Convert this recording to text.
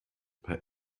per